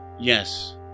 Yes